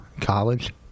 College